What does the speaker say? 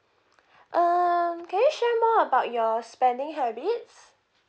um can you share more about your spending habits